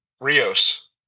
Rios